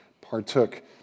partook